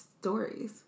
stories